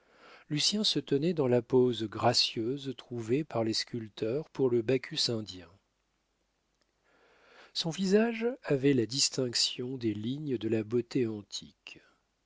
lucien se tenait dans la pose gracieuse trouvée par les sculpteurs pour le bacchus indien son visage avait la distinction des lignes de la beauté antique